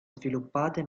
sviluppate